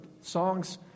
Songs